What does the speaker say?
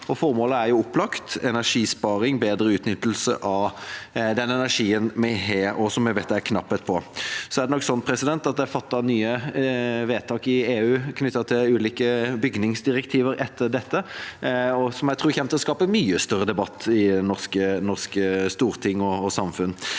Formålet er opplagt: energisparing, bedre utnyttelse av den energien vi har, og som vi vet det er knapphet på. Så er det fattet nye vedtak i EU knyttet til ulike bygningsdirektiver etter dette som jeg nok tror kommer til å skape mye større debatt i det norske storting og samfunn.